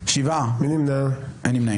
הצבעה לא אושרו.